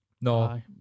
No